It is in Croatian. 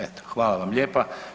Eto hvala vam lijepa.